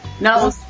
No